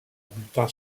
bulletin